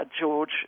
George